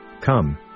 Come